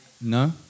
No